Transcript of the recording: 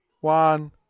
one